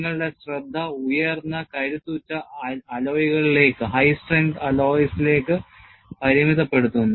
നിങ്ങളുടെ ശ്രദ്ധ ഉയർന്ന കരുത്തുറ്റ അലോയ്കളിലേക്ക് പരിമിതപ്പെടുത്തുന്നു